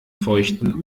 feuchten